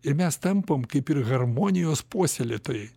ir mes tampam kaip ir harmonijos puoselėtojai